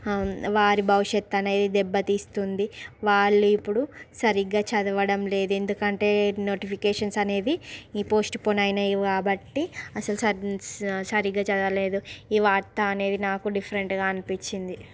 వారి భవిష్యత్తు అనేది దెబ్బ తీస్తుంది వాళ్ళు ఇప్పుడు సరిగ్గా చదవడం లేదు ఎందుకంటే నోటిఫికెషన్స్ అనేది ఈ పోస్టుపోన్ అయినాయి కాబట్టి అసలు సరి సరిగ్గా చదవలేదు ఈ వార్త అనేది నాకు డిఫరెంట్గా అనిపించింది